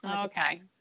Okay